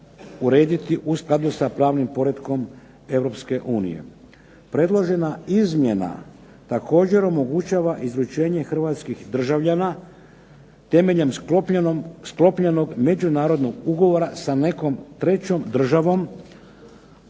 urediti u skladu sa pravnim poretkom Europske unije. Predložena izmjena također omogućava izručenje Hrvatskih državljana temeljem sklopljenog međunarodnog ugovora sa nekom trećom državom